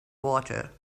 water